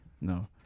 No